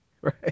right